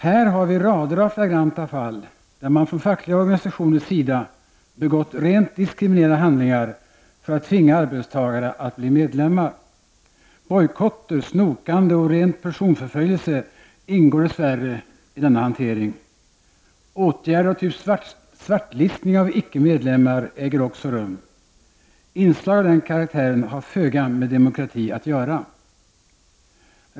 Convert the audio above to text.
Här har vi rader av flagranta fall, där man från fackliga organisationers sida begått rent diskriminerande handlingar för att tvinga arbetstagare att bli medlemmar. Bojkotter, snokande och ren personförföljelse ingår dess värre i denna hantering. Åtgärder av typ svartlistning av icke-medlemmar äger också rum. Inslag av den karaktären har föga med demokrati att göra.